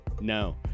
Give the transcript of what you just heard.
No